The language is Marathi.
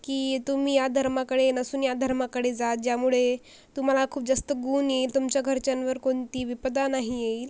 की तुम्ही या धर्माकडे नसून या धर्माकडे जा ज्यामुळे तुम्हाला खूप जास्त गुण येईल तुमच्या घरच्यांवर कोणती विपदा नाही येईल